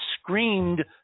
screamed